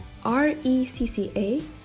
recca